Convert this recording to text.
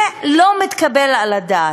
זה לא מתקבל על הדעת.